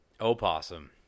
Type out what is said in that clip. Opossum